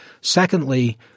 Secondly